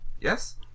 Yes